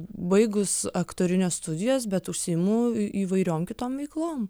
baigus aktorinio studijas bet užsiimu į įvairiom kitom veiklom